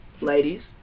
ladies